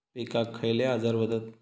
पिकांक खयले आजार व्हतत?